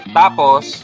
tapos